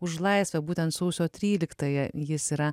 už laisvę būtent sausio tryliktąją jis yra